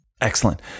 Excellent